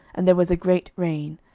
and there was a great rain.